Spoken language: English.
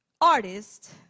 artist